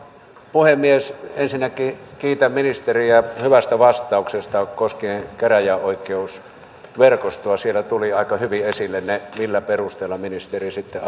puhemies ensinnäkin kiitän ministeriä hyvästä vastauksesta koskien käräjäoikeusverkostoa siellä tuli aika hyvin esille millä perusteella ministeri sitten